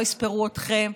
לא יספרו אתכם,